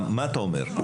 מה אתה אומר?